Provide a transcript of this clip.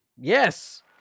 Yes